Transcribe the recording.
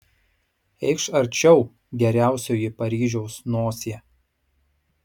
eikš arčiau geriausioji paryžiaus nosie